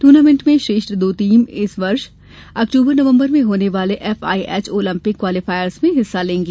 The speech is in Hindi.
टूर्नामेंट में श्रेष्ठ दो टीम इस वर्ष अक्टूबर नवम्बर में होने वाले एफआइएच ओलंपिक क्वालिफायर्स में हिस्सा लेंगी